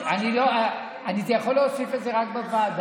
אני יכול להוסיף את זה רק בוועדה,